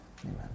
Amen